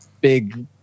big